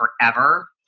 forever